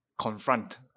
confront